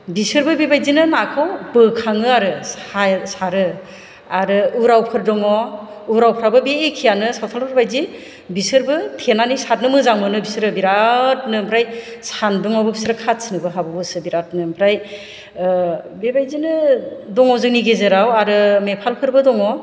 बिसोरबो बेबायदिनो नाखौ बोखाङो आरो सारो आरो उरावफोर दङ उरावफ्राबो बे एखेआनो सावथालफोर बायदि बिसोरबो थेनानै सारनो मोजां मोनो बिसोरो बिरादनो आमफ्राय सान्दुं आवबो बिसोर खाथिनोबो हाबावोसो बिरादनो आमफ्राय बेबायदिनो दङ जोंनि गेजेराव आरो नेपालफोरबो दङ